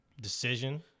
decision